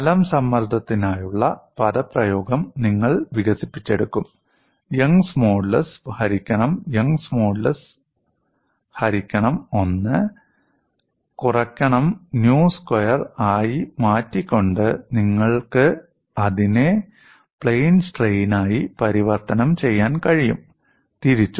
തലം സമ്മർദ്ദത്തിനായുള്ള പദപ്രയോഗം നിങ്ങൾ വികസിപ്പിച്ചെടുക്കും യങ്സ് മോഡുലസ് ഹരിക്കണം യങ്സ് മോഡുലസ് ഹരിക്കണം 1 കുറക്കണം nu സ്ക്വയർ ആയി മാറ്റിക്കൊണ്ട് നിങ്ങൾക്ക് അതിനെ പ്ലെയിൻ സ്ട്രെയിനായി പരിവർത്തനം ചെയ്യാൻ കഴിയും തിരിച്ചും